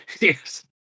Yes